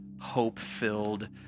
hope-filled